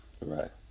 Right